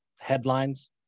headlines